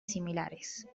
similares